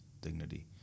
dignity